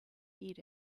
eat